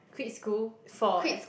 quit school for e~